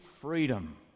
freedom